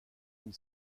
une